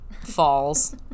falls